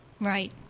Right